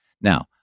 Now